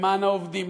למען העובדים,